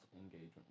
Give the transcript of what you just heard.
engagement